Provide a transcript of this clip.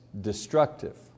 destructive